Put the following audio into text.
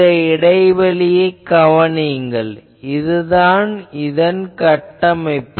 இந்த இடைவெளியைக் கவனியுங்கள் இதுதான் இதன் கட்டமைப்பு